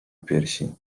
piersi